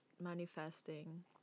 manifesting